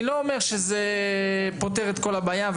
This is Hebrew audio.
אני לא אומר שזה פותר את כל הבעיה אבל